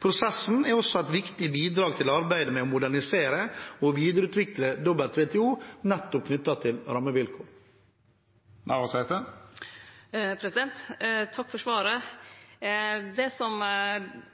Prosessen er også et viktig bidrag til arbeidet med å modernisere og videreutvikle WTO knyttet til rammevilkår. Takk for svaret. Det som